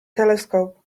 telescope